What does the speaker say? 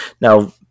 Now